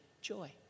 joy